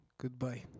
goodbye